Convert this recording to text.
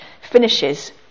finishes